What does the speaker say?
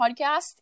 podcast